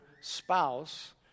spouse